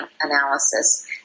analysis